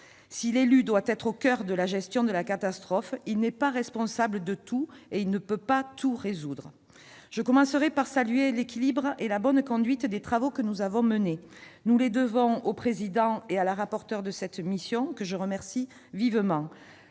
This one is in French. Si l'élu doit être au coeur de la gestion de la catastrophe, il n'est pas responsable de tout et il ne peut pas tout résoudre. Je salue l'équilibre et la bonne conduite des travaux que nous avons menés : nous les devons au président et à la rapporteure de la mission d'information, et